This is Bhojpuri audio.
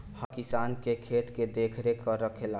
हरवाह किसान के खेत के देखरेख रखेला